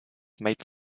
made